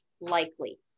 likely